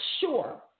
sure